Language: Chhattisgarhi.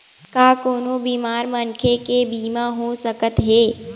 का कोनो बीमार मनखे के बीमा हो सकत हे?